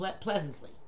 pleasantly